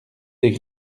des